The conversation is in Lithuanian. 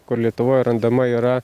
kur lietuvoj randama yra